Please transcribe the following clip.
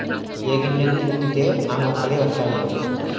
ఏ గింజల్ని విత్తితే ఆ మొక్కలే వతైయి